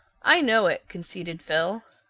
i know it, conceded phil.